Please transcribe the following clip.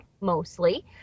mostly